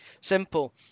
Simple